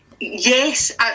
Yes